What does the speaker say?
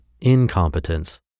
incompetence